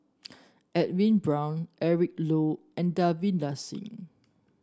Edwin Brown Eric Low and Davinder Singh